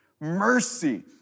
mercy